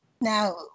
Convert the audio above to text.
Now